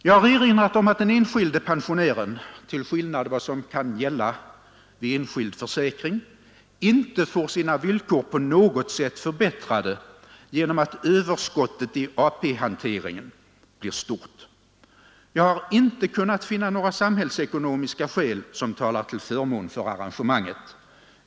Jag har erinrat om att den enskilde pensionären — till skillnad från vad som kan gälla vid enskild försäkring — inte får sina villkor på något sätt förbättrade genom att överskottet i AP-hanteringen blir stort. Jag har inte kunnat finna några samhällsekonomiska skäl som talar till förmån för arrangemanget.